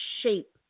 shape